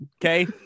Okay